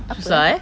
susah eh